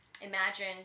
imagine